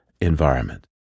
environment